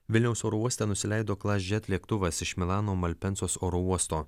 vilniaus oro uoste nusileido klasjet lėktuvas iš milano malpensos oro uosto